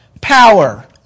power